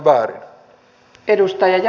arvoisa puhemies